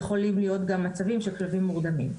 יכולים להיות גם מצבים של כלבים מורדמים.